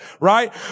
right